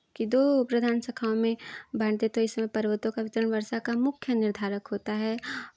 की दो प्रधान शाखाओं में बाँट दें तो इसमें पर्वतों का वितरण वर्षा का मुख्य निर्धारक होता है